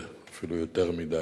זה אפילו יותר מדי,